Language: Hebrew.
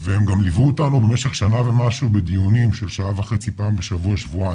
והם גם ליוו אותנו במשך שנה ומשהו בדיונים של פעם בשבוע-שבועיים,